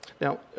Now